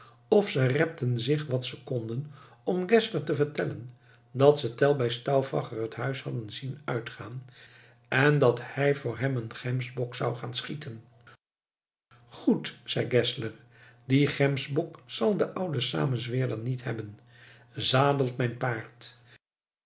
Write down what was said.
of ze repten zich wat ze konden om geszler te vertellen dat ze tell bij stauffacher het huis hadden zien uitgaan en dat hij voor hem een gemsbok zou gaan schieten goed zeî geszler dien gemsbok zal de oude samenzweerder niet hebben zadelt mijn paard